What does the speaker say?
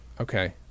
Okay